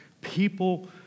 People